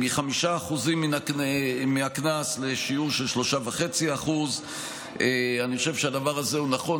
מ-5% מהקנס לשיעור של 3.5%. אני חושב שהדבר הזה הוא נכון.